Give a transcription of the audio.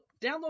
download